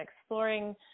exploring